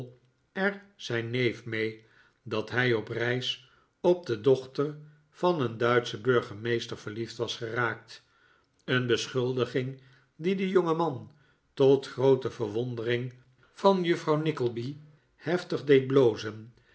er zijn neef mee dat hij op reis op de dochter van een duitschen burgemeester verliefd was geraakt een beschuldiging die den jongeman tot groote verwondering van juffrouw nickleby heftig deed blozen